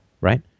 right